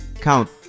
Count